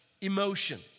emotion